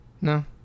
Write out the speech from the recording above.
No